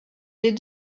les